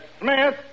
Smith